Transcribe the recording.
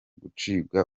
gucibwa